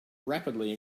rapidly